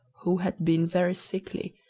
who had been very sickly,